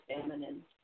feminine